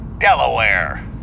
Delaware